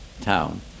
Town